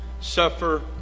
suffer